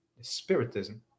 spiritism